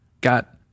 Got